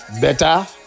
better